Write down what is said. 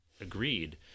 agreed